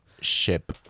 Ship